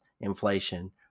inflation